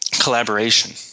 collaboration